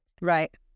Right